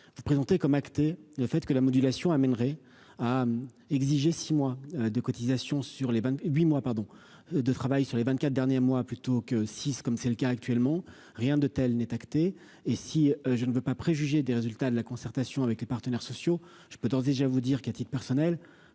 vous présenter comme acté le fait que la modulation amènerait à exiger six mois de cotisation sur les bancs huit mois pardon de travail sur les 24 derniers mois plutôt que 6, comme c'est le cas actuellement rien de tel n'est acté et si je ne veux pas préjuger des résultats de la concertation avec les partenaires sociaux, je peux d'ores et déjà vous dire qu'à titre personnel,